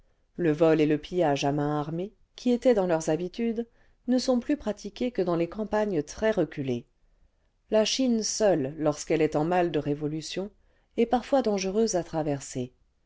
le vol et le pillage à main armée qui étaient dans leurs habitudes ne sont plus pratiqués que dans les campagnes très reculées la chine seule lorsqu'elle est en mal de révolution est parfois dangereuse à traverser